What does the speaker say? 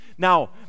Now